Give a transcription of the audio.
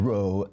Row